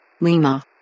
Lima